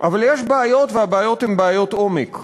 אבל יש בעיות, והבעיות הן בעיות עומק.